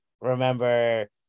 remember